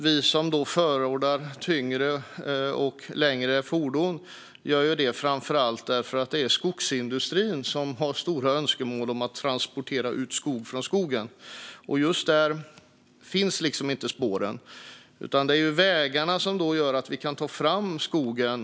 Vi som förordar tyngre och längre fordon gör det framför allt därför att skogsindustrin har stora önskemål om att transportera ut skog från skogen. Just där finns inga spår, utan det är vägarna som gör att vi kan få fram skogen.